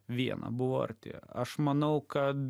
viena buvo arti aš manau kad